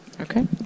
Okay